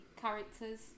characters